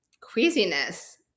queasiness